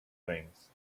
things